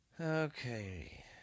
Okay